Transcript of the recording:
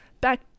back